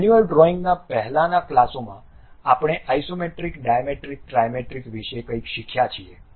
manual ડ્રોઇંગના પહેલાના ક્લાસોમાં આપણે ઇસોમેટ્રિક ડાયમેટ્રિક ટ્રાઇમેટ્રિક વિશે કંઇક શીખ્યા છીએ